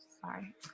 sorry